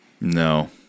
No